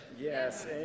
Yes